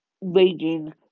raging